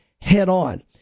head-on